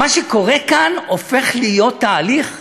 מה שקורה כאן הופך להיות תהליך שאני,